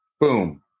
Boom